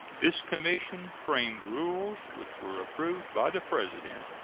this commission framed rules, which were approved by the president.